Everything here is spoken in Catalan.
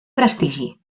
prestigi